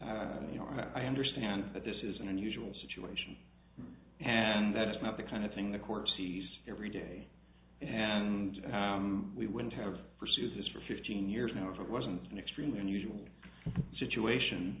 i understand that this is an unusual situation and that it's not the kind of thing the court sees every day and we wouldn't have pursued this for fifteen years now if it wasn't an extremely unusual situation